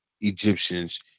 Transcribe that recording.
Egyptians